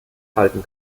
halten